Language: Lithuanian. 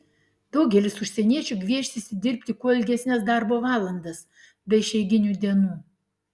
daugelis užsieniečių gviešiasi dirbti kuo ilgesnes darbo valandas be išeiginių dienų